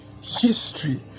history